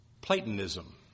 Platonism